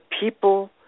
people